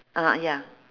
ah ya